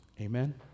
Amen